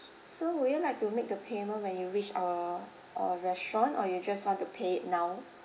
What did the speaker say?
okay so would you like to make the payment when you reach our uh restaurant or you just want to pay it now